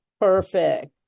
Perfect